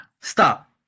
Stop